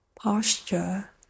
posture